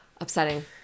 Upsetting